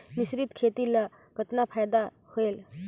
मिश्रीत खेती ल कतना फायदा होयल?